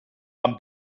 van